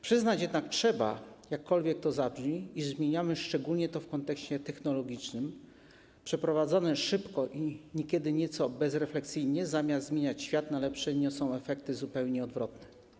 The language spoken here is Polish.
Przyznać jednak trzeba, jakkolwiek to zabrzmi, iż zmiany, szczególnie w kontekście technologicznym, przeprowadzone szybko i niekiedy nieco bezrefleksyjnie, zamiast zmieniać świat na lepsze, niosą efekty zupełnie odwrotne.